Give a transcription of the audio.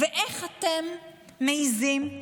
איך אתם מעיזים?